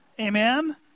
Amen